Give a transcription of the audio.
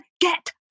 get